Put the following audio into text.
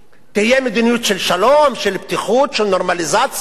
תהיה מדיניות של שלום, של פתיחות, של נורמליזציה,